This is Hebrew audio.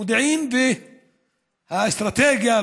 המודיעין והאסטרטגיה,